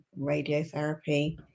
radiotherapy